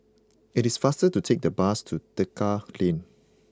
it is faster to take the bus to Tekka Lane